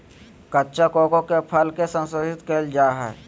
कच्चा कोको के फल के संशोधित कइल जा हइ